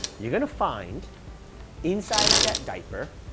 you're going to find inside of that diaper,